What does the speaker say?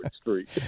street